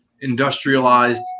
industrialized